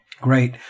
great